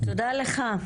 תודה לך.